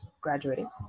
Graduating